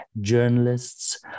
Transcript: journalists